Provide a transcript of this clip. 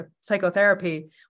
psychotherapy